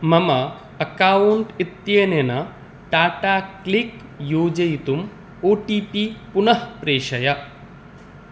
मम अक्कौण्ट् इत्यनेन टाटाक्लिक् योजयितुम् ओ टी पी पुनः प्रेषय